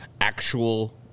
actual